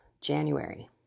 January